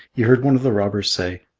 he heard one of the robbers say,